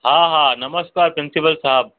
हा हा नमस्कार प्रिंसिपल साहब